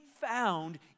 found